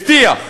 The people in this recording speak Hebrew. הבטיח,